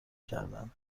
کردند